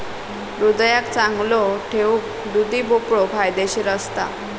हृदयाक चांगलो ठेऊक दुधी भोपळो फायदेशीर असता